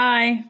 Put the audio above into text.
Bye